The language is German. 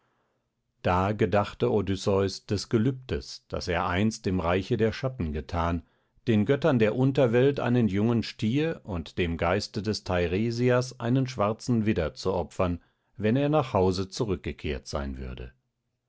da gedachte odysseus des gelübdes das er einst im reiche der schatten gethan den göttern der unterwelt einen jungen stier und dem geiste des teiresias einen schwarzen widder zu opfern wenn er nach hause zurückgekehrt sein würde